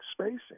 spacing